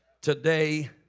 today